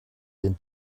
den